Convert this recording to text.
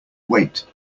wait